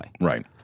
right